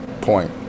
Point